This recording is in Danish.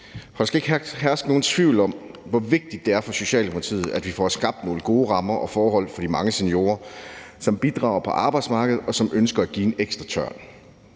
Der skal ikke herske nogen tvivl om, hvor vigtigt det er for Socialdemokratiet, at vi får skabt nogle gode rammer og forhold for de mange seniorer, som bidrager på arbejdsmarkedet, og som ønsker at tage en ekstra tørn.